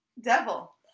Devil